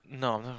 no